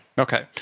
Okay